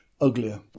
uglier